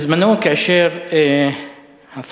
בזמנו, כאשר הפך